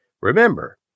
Remember